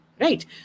right